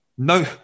No